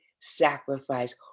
sacrifice